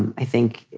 and i think,